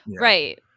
Right